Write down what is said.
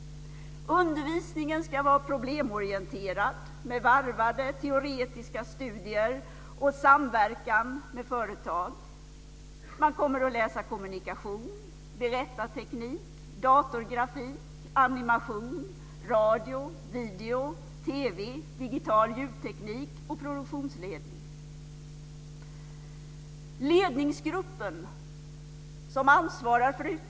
Undervisningen ska vara problemorienterad med varvade teoretiska studier och i samverkan med företag. Man kommer att läsa kommunikation, berättarteknik, datorgrafik, animation, radio, video, TV, digital ljudteknik och produktionsledning.